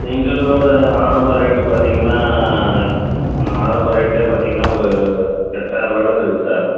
single door ஆரம்ப rate பார்த்தீங்கன்னா ஆரம்ப ரேட்டே பார்த்தீங்கன்னா ஒரு எட்டாயரரூபாயில இருந்து இருக்குது சார்